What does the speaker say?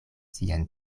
sian